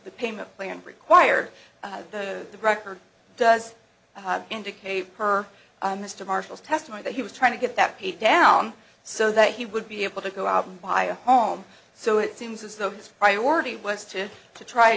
the payment plan required the record does indicate per mr marshall's testimony that he was trying to get that pay down so that he would be able to go out and buy a home so it seems as though his priority was to to try